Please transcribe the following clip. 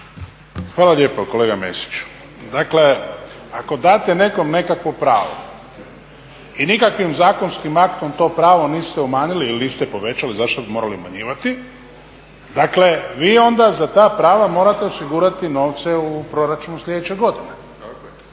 Hvala lijepo kolega Mesiću. Dakle ako date nekom nekakvo pravo i nikakvim zakonskim aktom to pravo niste umanjili ili niste povećali, zašto bi morali umanjivati, dakle vi onda za ta prava morate osigurati novce u proračunu sljedeće godine. A